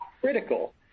critical